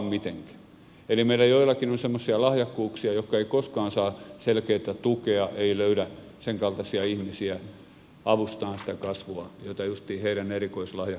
eli meillä joillakin on semmoisia lahjakkuuksia jotka eivät koskaan saa selkeätä tukea eivät löydä senkaltaisia ihmisiä avustamaan sitä kasvua jota justiin heidän erikoislahjakkuutensa tarvitsisi